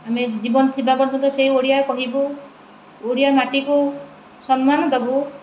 ଆମେ ଜୀବନ ଥିବା ପର୍ଯ୍ୟନ୍ତ ସେଇ ଓଡ଼ିଆ କହିବୁ ଓଡ଼ିଆ ମାଟିକୁ ସମ୍ମାନ ଦେବୁ